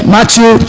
Matthew